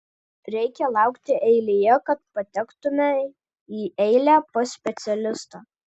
reikia laukti eilėje kad patektumei į eilę pas specialistą